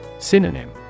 Synonym